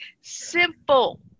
simple